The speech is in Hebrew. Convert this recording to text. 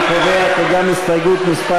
אני קובע כי גם הסתייגות מס'